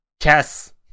Chess